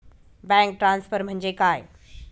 Bank transfer म्हणजे काय?